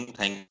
Thank